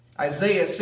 isaiah